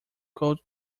cold